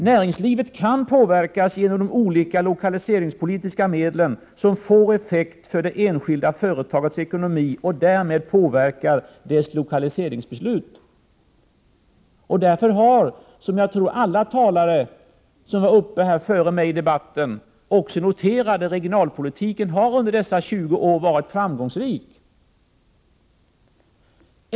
Näringslivet kan påverkas genom de olika lokaliseringspolitiska medlen, som får effekt för det enskilda företagets ekonomi och därmed påverkar dess lokaliseringsbeslut. Därför har, som jag tror att alla talare före mig i debatten också noterade, regionalpolitiken under dessa 20 år varit framgångsrik.